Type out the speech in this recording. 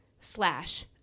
slash